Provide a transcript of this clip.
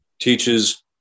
teaches